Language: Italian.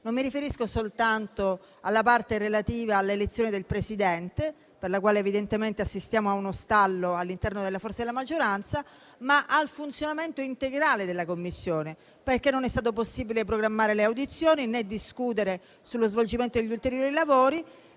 Non mi riferisco soltanto alla parte relativa alla nomina del Presidente, per la quale evidentemente assistiamo a uno stallo all'interno delle forze della maggioranza, ma al funzionamento integrale della Commissione, perché non è stato possibile programmare le audizioni, né discutere sullo svolgimento degli ulteriori lavori.